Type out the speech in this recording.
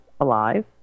alive